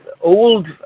old